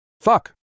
Fuck